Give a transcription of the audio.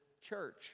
church